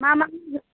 मा मा होयो